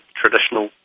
traditional